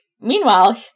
Meanwhile